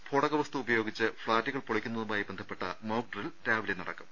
സ്ഫോടക വസ്തു ഉപയോഗിച്ച് ഫ്ളാറ്റുകൾ പൊളിക്കുന്നതുമായി ബന്ധപ്പെട്ട മോക്ഡ്രിൽ രാവിലെ നടക്കും